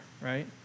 right